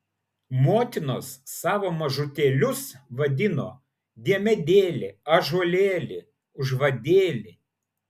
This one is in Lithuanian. motinos savo mažutėlius vadino diemedėli ąžuolėli užvadėli